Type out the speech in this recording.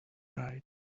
right